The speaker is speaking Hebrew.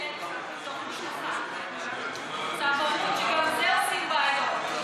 בתוך משפחה, צו הורות, שגם בזה עושים בעיות.